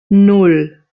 nan